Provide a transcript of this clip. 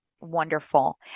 Wonderful